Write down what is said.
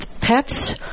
pets